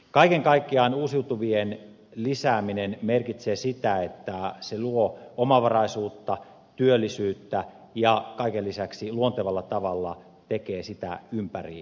kaiken kaikkiaan uusiutuvien lisääminen merkitsee sitä että se luo omavaraisuutta työllisyyttä ja kaiken lisäksi luontevalla tavalla tekee sitä ympäri maan